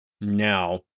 now